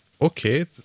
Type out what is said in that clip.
Okay